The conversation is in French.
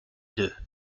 deux